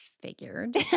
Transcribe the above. figured